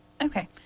Okay